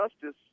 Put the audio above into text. justice